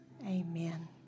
Amen